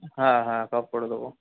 হ্যাঁ হ্যাঁ সব করে দেব